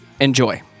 Enjoy